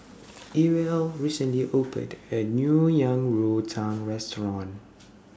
Ewell recently opened A New Yang Rou Tang Restaurant